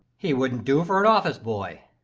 he wouldn't do for an office boy.